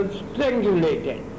strangulated